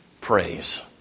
praise